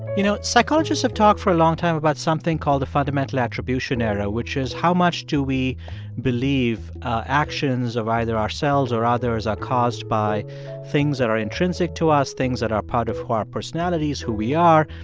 you know, psychologists have talked for a long time about something called the fundamental attribution error, which is, how much do we believe actions of either ourselves or others are caused by things that are intrinsic to us, things that are part of who our personality is, who we are,